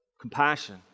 compassion